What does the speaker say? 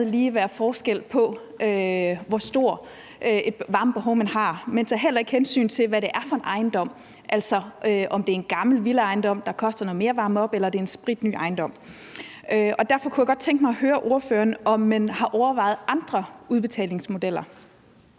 lige være forskel på, hvor stort et varmebehov man har. Man tager heller ikke hensyn til, hvad det er for en ejendom, altså om det er en gammel villaejendom, der koster noget mere at varme op, eller om det er en spritny ejendom. Derfor kunne jeg godt tænke mig at høre ordføreren, om man har overvejet andre udbetalingsmodeller.